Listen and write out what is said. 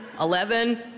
eleven